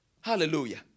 Hallelujah